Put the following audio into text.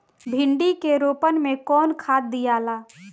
भिंदी के रोपन मे कौन खाद दियाला?